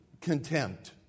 contempt